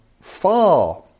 far